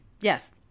yes